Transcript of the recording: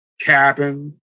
Cabin